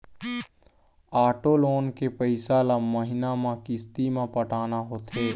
auto loan के पइसा ल महिना म किस्ती म पटाना होथे